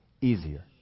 Easier